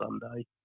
Sunday